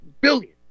billion